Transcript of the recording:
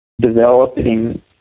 developing